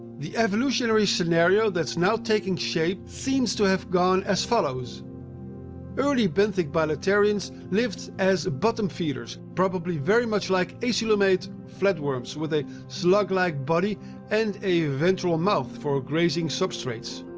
the evolutionary scenario that's now taking shape seems to have gone as follows early benthic bilaterians lived as bottom feeders feeders probably very much like acoelomate flatworms with a slug-like body and a ventral mouth for grazing substrates.